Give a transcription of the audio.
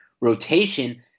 rotation